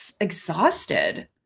exhausted